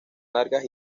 largas